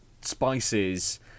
spices